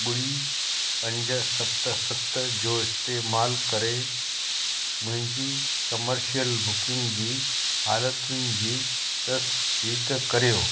ॿुड़ी पंज सत सत जो इस्तेमालु करे मुंहिंजी कमर्शियल बुकिंग जी हालतुनि जी तसदीकु कर्यो